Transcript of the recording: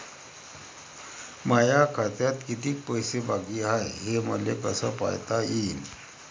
माया खात्यात कितीक पैसे बाकी हाय हे मले कस पायता येईन?